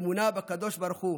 אמונה בקדוש ברוך הוא,